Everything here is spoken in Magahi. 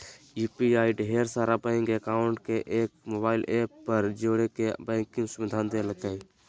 यू.पी.आई ढेर सारा बैंक अकाउंट के एक मोबाइल ऐप पर जोड़े के बैंकिंग सुविधा देलकै